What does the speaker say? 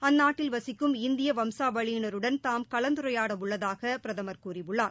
அந்நாட்டில் வசிக்கும் இந்திய வம்சவழியினருடன் தாம் கலந்துரையாட உள்ளதாக பிரதமர் கூறியுள்ளார்